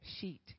sheet